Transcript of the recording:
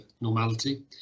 normality